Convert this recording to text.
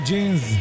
Jeans